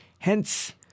Hence